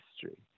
history